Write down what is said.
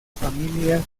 familias